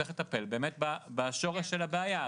צריך לטפל באמת בשורש של הבעיה,